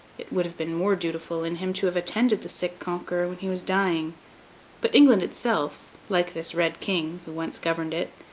it would have been more dutiful in him to have attended the sick conqueror when he was dying but england itself, like this red king, who once governed it,